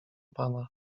pana